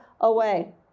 away